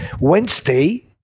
Wednesday